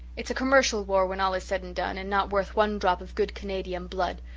it's a commercial war when all is said and done and not worth one drop of good canadian blood,